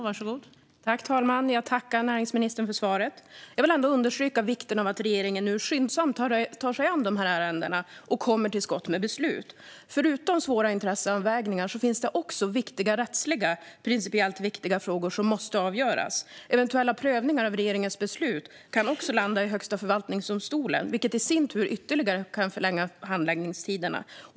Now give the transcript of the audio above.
Fru talman! Jag tackar näringsministern för svaret. Jag vill ändå understryka vikten av att regeringen nu skyndsamt tar sig an ärendena och kommer till skott med beslut. Förutom svåra intresseavvägningar finns det också viktiga rättsliga, principiellt viktiga frågor som måste avgöras. Eventuella prövningar av regeringens beslut kan landa i Högsta förvaltningsdomstolen, vilket i sin tur ytterligare kan förlänga handläggningstiderna.